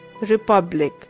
Republic